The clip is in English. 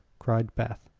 cried beth.